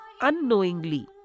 Unknowingly